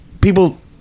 people